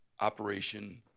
operation